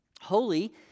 Holy